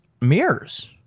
mirrors